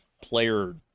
player